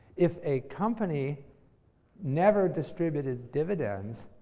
if a company never distributed dividends,